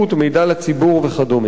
מידע לציבור וכדומה.